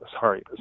sorry